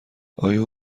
آیا